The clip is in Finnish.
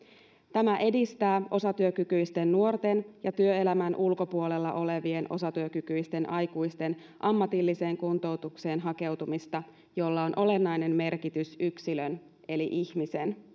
tämä edistää osatyökykyisten nuorten ja työelämän ulkopuolella olevien osatyökykyisten aikuisten ammatilliseen kuntoutukseen hakeutumista millä on olennainen merkitys yksilön eli ihmisen